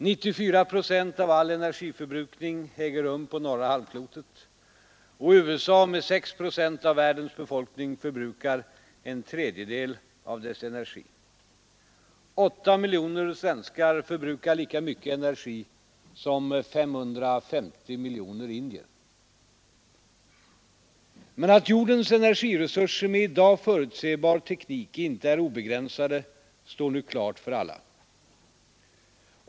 94 procent av all energiförbrukning äger rum på norra halvklotet, och USA med 6 procent av världens befolkning förbrukar en tredjedel av energin. 8 miljoner svenskar förbrukar lika mycket energi som 550 miljoner indier. Men att jordens energiresurser med i dag förutsebar teknik inte är obegränsade står nu klart för alla.